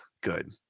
good